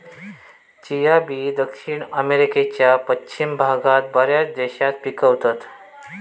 chia बी दक्षिण अमेरिकेच्या पश्चिम भागात बऱ्याच देशात पिकवतत